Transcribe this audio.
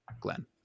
Glenn